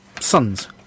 sons